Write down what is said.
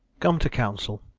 come to council.